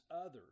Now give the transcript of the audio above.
others